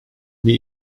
mir